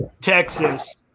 Texas